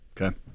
Okay